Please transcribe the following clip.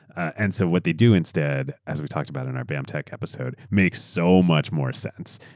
and so what they do instead, as we talked about in our bamtech episode, makes so much more sense,